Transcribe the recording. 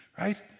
right